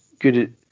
good